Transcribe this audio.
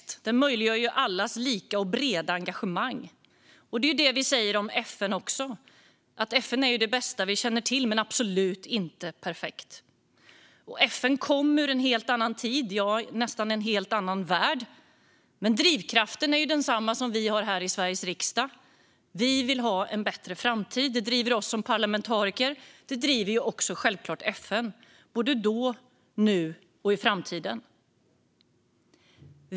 Den möjliggör allas lika och breda engagemang. Det säger vi om FN också: FN är det bästa vi känner till, men det är absolut inte perfekt. FN kom till i en helt annan tid, ja, nästan en helt annan värld, men drivkraften var densamma som vi har här i Sveriges riksdag: Vi vill ha en bättre framtid. Det driver oss som parlamentariker och självklart också FN då, nu och i framtiden.